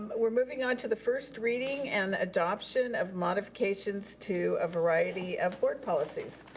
but we're moving on to the first reading and adoption of modification to a variety of board policies.